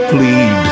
Plead